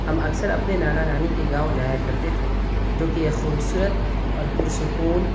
ہم اكثر اپنے نانا نانی كے گاؤں جایا كرتے تھے جوكہ ایک خوبصورت اور پرسکون